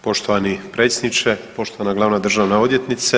Poštovani Predsjedniče, poštovana Glavna državna odvjetnice.